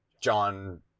John